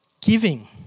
giving